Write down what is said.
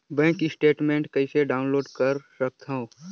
Bank statement कइसे download कर सकथव?